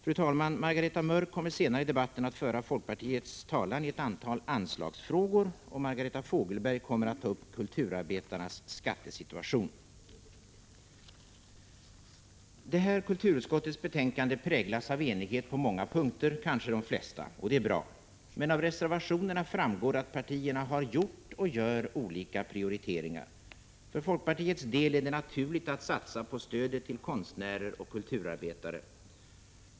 Fru talman, Margareta Mörck kommer senare i debatten att föra folkpartiets talan i ett antal anslagsfrågor, och Margareta Fogelberg kommer att ta upp kulturarbetarnas skattesituation. Detta kulturutskottets betänkande präglas av enighet på många punkter, kanske de flesta. Det är bra. Men av reservationerna framgår att partierna har gjort och gör olika prioriteringar. För folkpartiets del är det naturligt att satsa på stödet till konstnärer och kulturarbetare.